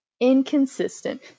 Inconsistent